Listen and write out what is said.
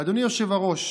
אדוני היושב-ראש,